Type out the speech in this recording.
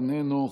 איננו,